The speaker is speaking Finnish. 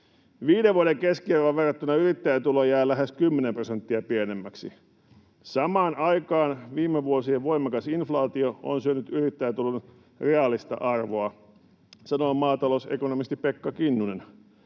Viiden vuoden keskiarvoon verrattuna yrittäjätulo jää lähes kymmenen prosenttia pienemmäksi. ’Samaan aikaan viime vuosien voimakas inflaatio on syönyt yrittäjätulon reaalista arvoa’, sanoo maatalousekonomisti Pekka Kinnunen.